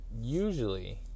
Usually